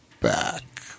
back